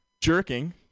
jerking